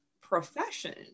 profession